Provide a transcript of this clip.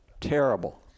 terrible